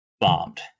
bombed